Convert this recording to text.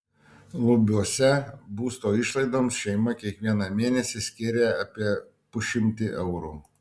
lubiuose būsto išlaidoms šeima kiekvieną mėnesį skiria apie pusšimtį eurų